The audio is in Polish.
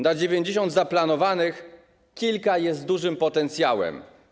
Na 90 zaplanowanych kilka jest z dużym potencjałem.